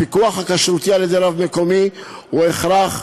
הפיקוח הכשרותי על-ידי רב מקומי הוא הכרח.